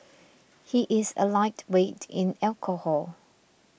he is a lightweight in alcohol